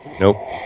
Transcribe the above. Nope